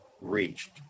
reached